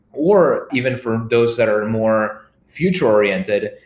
or even from those that are more future-oriented,